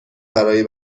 برای